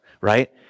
right